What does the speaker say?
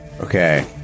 Okay